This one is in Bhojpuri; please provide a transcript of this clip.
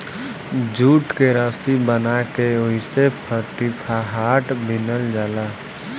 जूट के रसी बना के ओहिसे पटिहाट बिनल जाला